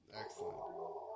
Excellent